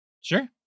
Sure